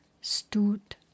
stood